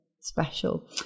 special